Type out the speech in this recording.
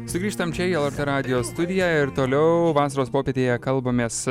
sugrįžtam čia į lrt radijo studiją ir toliau vasaros popietėje kalbamės